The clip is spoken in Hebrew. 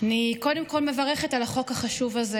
אני קודם כול מברכת על החוק החשוב הזה